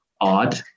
odd